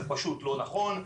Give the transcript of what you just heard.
זה פשוט לא נכון,